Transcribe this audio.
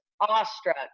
awestruck